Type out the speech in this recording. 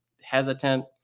hesitant